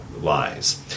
lies